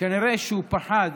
וכנראה שהוא פחד